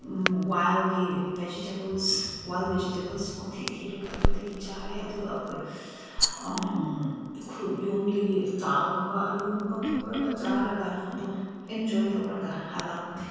ꯋꯥꯏꯜꯒꯤ vegetables wild vegetables ꯄꯪꯊꯤ ꯊꯤꯔꯒ ꯑꯗꯨꯗꯒꯤ ꯆꯥꯔꯦ ꯑꯗꯨꯒ ꯑꯩꯈꯣꯏ ꯌꯨꯝꯗꯒꯤ ꯗꯥꯜꯒꯨꯝꯕ ꯑꯥꯜꯂꯨꯒꯨꯝꯕ ꯄꯨꯔꯒ ꯆꯥꯔꯒ ꯑꯗꯨꯝ ꯑꯦꯟꯖꯣꯏ ꯇꯧꯔꯒ ꯍꯜꯂꯛꯄꯅꯦ